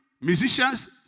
musicians